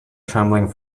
trembling